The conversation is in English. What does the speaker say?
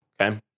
okay